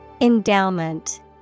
Endowment